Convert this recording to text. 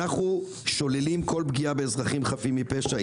אנחנו שוללים כל פגיעה באזרחים חפים מפשע,